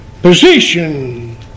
position